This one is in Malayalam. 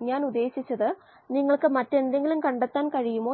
flux mass flux momentum flux തുടങ്ങിയവ